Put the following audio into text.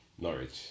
Norwich